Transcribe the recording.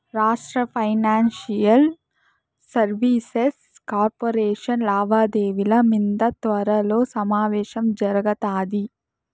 రాష్ట్ర financial services corporation లావాదేవిల మింద త్వరలో సమావేశం జరగతాది